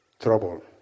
trouble